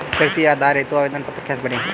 कृषि उधार हेतु आवेदन पत्र कैसे भरें?